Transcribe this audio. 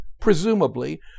presumably